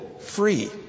free